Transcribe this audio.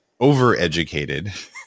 overeducated